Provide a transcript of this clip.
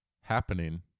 happening